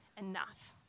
enough